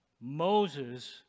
Moses